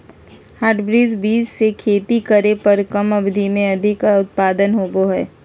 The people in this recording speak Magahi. हाइब्रिड बीज से खेती करे पर कम अवधि में अधिक उत्पादन होबो हइ